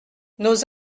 nos